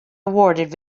awarded